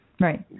right